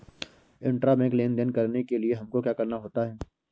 Intrabank लेन देन करने के लिए हमको क्या करना होता है?